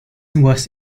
was